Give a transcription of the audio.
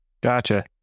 Gotcha